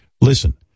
Listen